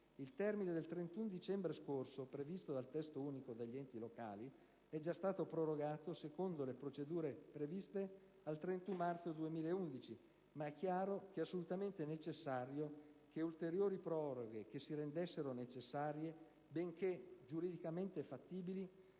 Il termine del 31 dicembre scorso previsto dal Testo unico degli enti locali è già stato prorogato, secondo le procedure previste, al 31 marzo 2011, ma è chiaro che è assolutamente necessario che le ulteriori proroghe che si rendessero necessarie, benché giuridicamente fattibili,